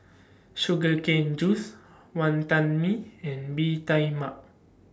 Sugar Cane Juice Wantan Mee and Bee Tai Mak